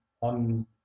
on